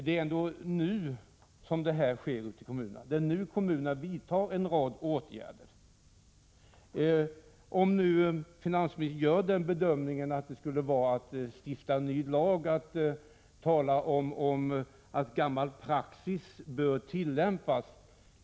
Men det är nu som kommunerna vidtar en rad åtgärder. Finansministern kanske gör den bedömningen att man begär ny lagstiftning när man talar om att gammal praxis bör tillämpas.